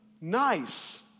nice